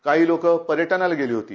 काही लोकं पर्यटनाला गेली होती